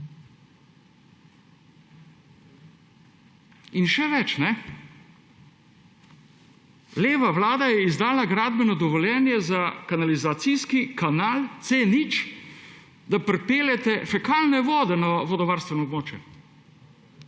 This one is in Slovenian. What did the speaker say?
In še več! Leva vlada je izdala gradbeno dovoljenje za kanalizacijski kanal C0, da pripeljete fekalne vode na vodovarstveno območje!